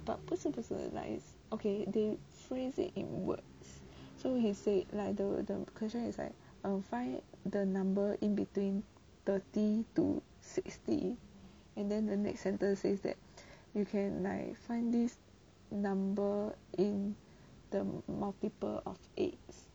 ya but 不是不是 like okay they phrase it in words so he said like the question is like find the number in between thirty to sixty and then the next sentence says that you can like find this number in the multiple of eighth